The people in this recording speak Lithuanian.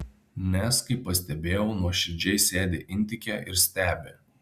nes kaip pastebėjau nuoširdžiai sėdi intike ir stebi